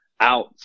out